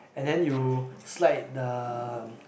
and then you slide the